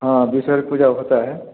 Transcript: हाँ बिसहर पूजा होता है